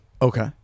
Okay